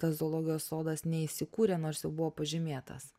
tas zoologijos sodas neįsikūrė nors jau buvo pažymėtas